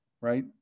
right